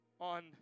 on